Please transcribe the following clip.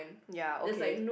ya okay